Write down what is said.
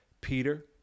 Peter